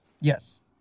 yes